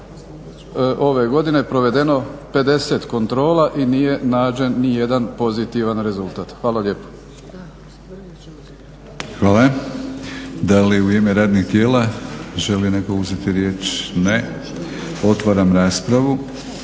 ove godine provedeno 50 kontrola i nije nađen nijedan pozitivan rezultat. Hvala lijepo. **Batinić, Milorad (HNS)** Hvala. Da li u ime radnih tijela želi netko uzeti riječ? Ne. Otvaram raspravu.